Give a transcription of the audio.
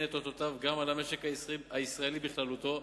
את אותותיו גם במשק הישראלי בכללותו.